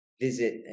visit